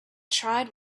tried